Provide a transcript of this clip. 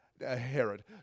Herod